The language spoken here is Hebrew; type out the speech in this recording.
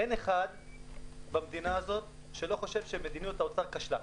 אין אחד במדינה הזו שלא חושב שמדיניות האוצר כשלה.